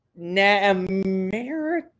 American –